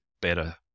better